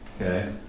Okay